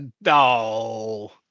No